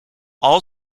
all